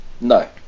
No